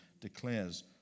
declares